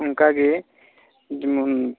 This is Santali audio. ᱚᱱᱠᱟ ᱜᱮ ᱡᱮᱢᱚᱱ